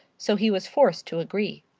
so he was forced to agree.